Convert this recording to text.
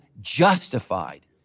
justified